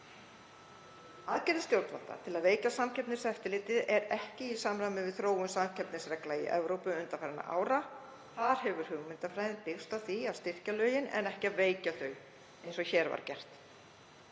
Aðgerðir stjórnvalda til að veikja Samkeppniseftirlitið eru ekki í samræmi við þróun samkeppnisreglna í Evrópu undanfarin ár. Þar hefur hugmyndafræðin byggst á því að styrkja lögin en ekki veikja þau eins og hér var gert.